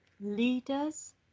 leaders